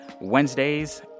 Wednesdays